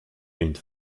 une